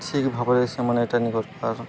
ଠିକ୍ ଭାବରେ ସେମାନେ ଏଇଟା ନି କରବାର୍